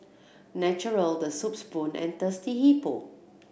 Naturel The Soup Spoon and Thirsty Hippo